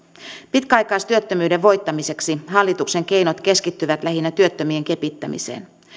pitkäaikaistyöttömyyden voittamiseksi hallituksen keinot keskittyvät lähinnä työttömien kepittämiseen